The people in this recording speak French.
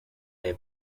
est